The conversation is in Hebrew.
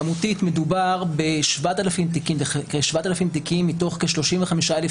כמותית מדובר בכ-7,000 תיקים מתוך כ-35 אלף